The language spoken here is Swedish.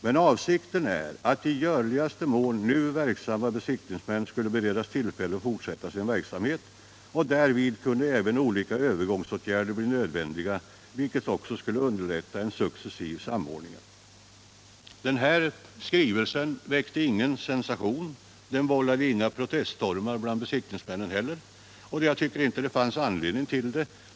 Men avsikten är att i görligaste mån nu verksamma besiktningsmän skulle beredas tillfälle fortsätta sin verksamhet. Därvid kunde även olika övergångsåtgärder bli nödvändiga, vilket också skulle underlätta en successiv samordning. Den här skrivelsen väckte ingen sensation och vållade inte några proteststormar bland besiktningsmännen. Jag tycker inte heller att det fanns någon anledning till sådana reaktioner.